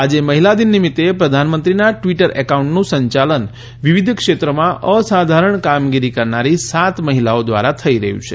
આજે મહિલા દિન નિમિત્તે પ્રધાનમંત્રીના ટવીટર એકાઉન્ટનું સંયાલન વિવિધ ક્ષેત્રોમાં અસાધારણ કામગીરી કરનારી સાત મહિલાઓ દ્વારા થઇ રહ્યું છે